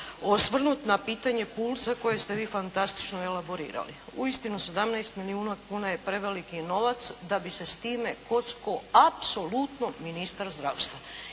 se ne razumije./… koje ste vi fantastično elaborirali. Uistinu 17 milijuna kuna je preveliki novac da bi se s time kockao apsolutno ministar zdravstva